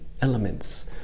elements